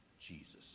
Jesus